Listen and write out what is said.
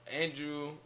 Andrew